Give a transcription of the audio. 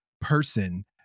person